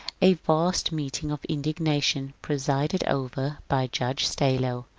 a vast meeting of indigna tion, presided over by judge stallo,